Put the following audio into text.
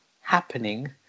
happening